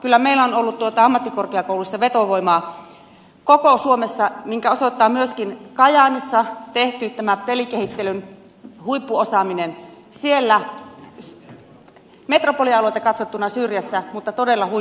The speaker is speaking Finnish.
kyllä meillä on ollut ammattikorkeakouluissa vetovoimaa koko suomessa minkä osoittaa myöskin pelikehittelyn huippuosaaminen kajaanissa metropolialueelta katsottuna syrjässä mutta todella huipputyötä